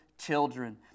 children